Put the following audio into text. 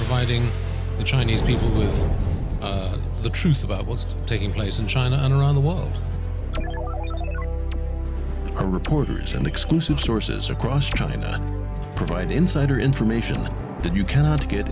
fighting the chinese people is the truth about what's taking place in china and around the world are reporters and exclusive sources across china provide insider information that you cannot get